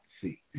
see